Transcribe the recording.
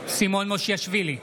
סימון מושיאשוילי,